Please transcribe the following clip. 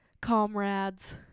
comrades